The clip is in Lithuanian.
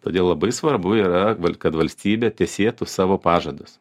todėl labai svarbu yra kad valstybė tesėtų savo pažadus